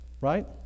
Right